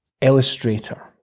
illustrator